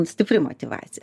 stipri motyvacija